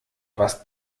was